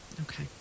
Okay